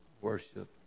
worship